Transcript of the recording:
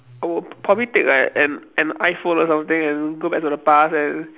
I would probably take like an an iPhone or something and go back to the past and